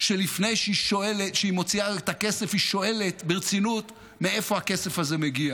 שלפני שהיא מוציאה את הכסף היא שואלת ברצינות מאיפה הכסף הזה מגיע.